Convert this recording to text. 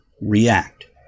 react